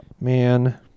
Man